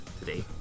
today